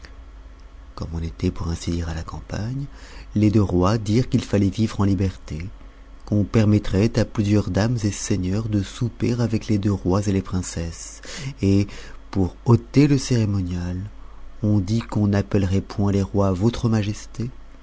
comme on était pour ainsi dire à la campagne les deux rois dirent qu'il fallait vivre en liberté qu'on permettrait à plusieurs dames et seigneurs de souper avec les deux rois et les princesses et pour ôter le cérémonial on dit qu'on n'appellerait point les rois votre majesté